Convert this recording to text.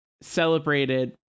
celebrated